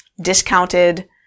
discounted